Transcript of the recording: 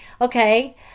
Okay